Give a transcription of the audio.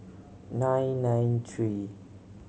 nine nine three